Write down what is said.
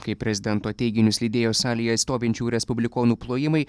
kai prezidento teiginius lydėjo salėje stovinčių respublikonų plojimai